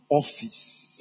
office